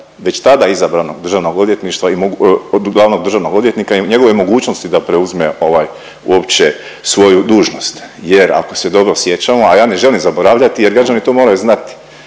glavnog državnog odvjetnika i njegove mogućnosti da preuzme ovaj uopće svoju dužnost jer ako se dobro sjećamo, a ja ne želim zaboravljati jer građani to moraju znati.